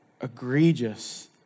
egregious